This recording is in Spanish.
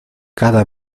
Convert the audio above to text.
cada